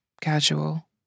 casual